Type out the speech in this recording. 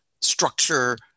structure